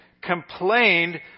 complained